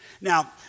Now